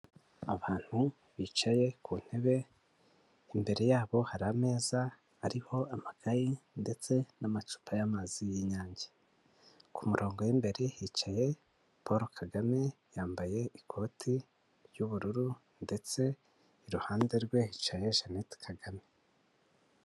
Abantu bicaye ku ntebe, imbere yabo hari ameza ariho amakaye ndetse n'amacupa y'amazi y'inyange, ku murongo w'imbere hicaye Paul Kagame yambaye ikoti ry'ubururu ndetse iruhande rwe hicaye Jeannette Kagame.